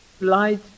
light